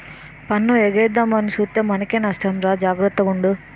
పన్ను ఎగేద్దామని సూత్తే మనకే నట్టమురా జాగర్త గుండు